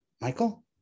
Michael